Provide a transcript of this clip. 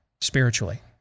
spiritually